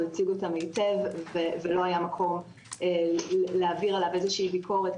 הוא הציג אותן היטב ולא היה מקום להעביר עליו איזה שהיא ביקורת,